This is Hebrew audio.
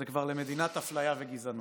זה כבר למדינת אפליה וגזענות.